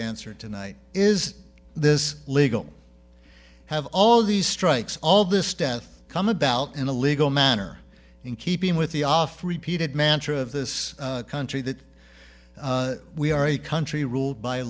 answer tonight is this legal have all these strikes all this death come about in a legal manner in keeping with the oft repeated mantra of this country that we are a country ruled by